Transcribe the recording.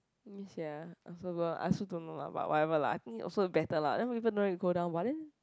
yes sia also don't I also don't know lah but whatever lah I think also better lah then people know you go down !wah! then